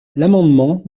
l’amendement